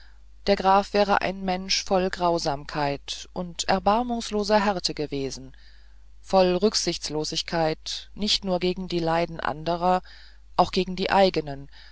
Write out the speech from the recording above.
der graf wäre ein mensch voll grausamkeit und erbarmungsloser härte gewesen voll rücksichtslosigkeit nicht nur gegen die leiden anderer auch gegen die eigenen